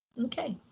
okay.